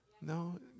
No